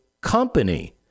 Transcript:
company